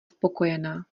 spokojená